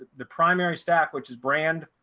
the primary stack which is brand,